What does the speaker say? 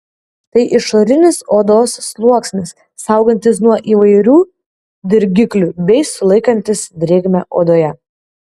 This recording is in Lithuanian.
tai išorinis odos sluoksnis saugantis nuo įvairių dirgiklių bei sulaikantis drėgmę odoje